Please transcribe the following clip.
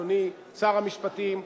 אדוני שר המשפטים,